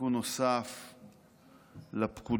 תיקון נוסף לפקודה,